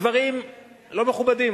דברים לא מכובדים.